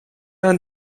aan